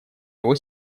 его